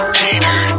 hater